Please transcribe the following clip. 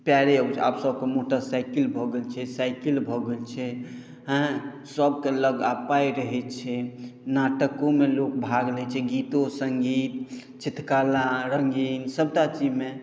पैरे अबैत छलहुँ आब सबके मोटर साइकिल भऽ गेल छै साईकिल भऽ गेल छै हँ सबके लग आब पाइ रहैत छै नाटकोमे लोग भाग लैत छै गीतो सङ्गीत चित्रकला रङ्गीन सबटा चीजमे